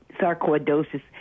sarcoidosis